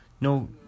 no